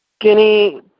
Skinny